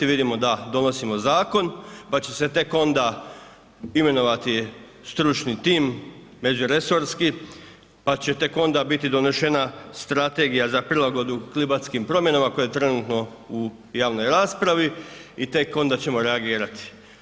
Vidimo da donosimo zakon pa će se tek onda imenovati stručni tim, međuresorski, pa će tek onda biti donešena strategija za prilagodbu klimatskim promjenama koja je trenutno u javnoj raspravi i tek onda ćemo reagirati.